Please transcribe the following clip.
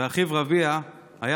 תודה רבה, אדוני היושב-ראש.